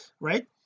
right